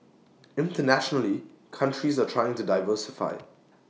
internationally countries are trying to diversify